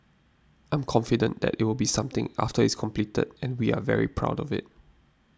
I'm confident that it will be something after it's completed and we are very proud of it